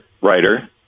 writer